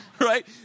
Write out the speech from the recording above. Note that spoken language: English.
Right